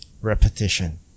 repetition